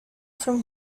from